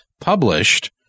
published